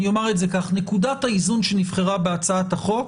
נקודת האיזון שנבחרה בהצעת החוק